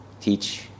teach